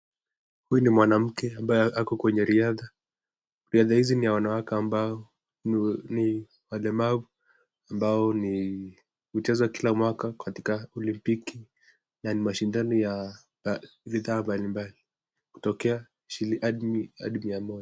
Huyu ni mwanamke ambaye ako kwenye riadha, riadha hizi ni ya wana wake ambao ni walemavu, ambao huchezwa kila mwaka katika olimpiki, na ni mashindano ya mitaa mbalimbali kutokea hadi mia moja.